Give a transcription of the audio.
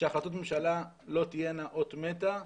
שהחלטות ממשלה לא תהיינה אות מתה ברשות.